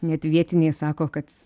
net vietiniai sako kad